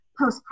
postpartum